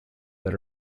that